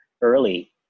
early